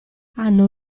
hanno